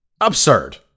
absurd